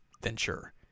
venture